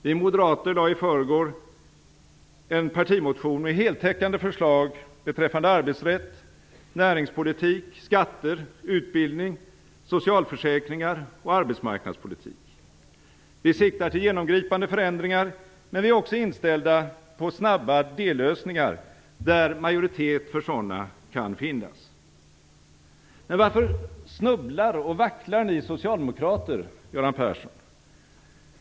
Vi moderater lade i förrgår fram en partimotion med heltäckande förslag beträffande arbetsrätt, näringspolitik, skatter, utbildning, socialförsäkringar och arbetsmarknadspolitik. Vi siktar till genomgripande förändringar, men vi är också inställda på snabba dellösningar, där majoritet för sådana kan finnas. Men varför snubblar och vacklar ni socialdemokrater, Göran Persson?